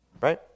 right